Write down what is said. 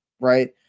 Right